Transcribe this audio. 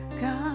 God